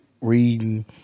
reading